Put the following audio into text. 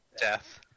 death